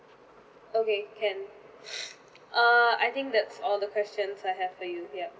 okay can err I think that's all the questions that I have for you yup